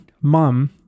mom